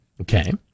Okay